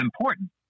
important